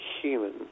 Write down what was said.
Human